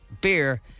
beer